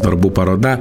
darbų paroda